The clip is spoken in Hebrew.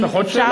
יש לך עוד שאלה?